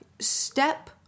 step